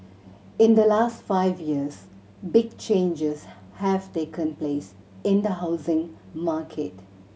in the last five years big changes have taken place in the housing market